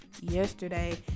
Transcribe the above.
yesterday